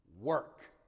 work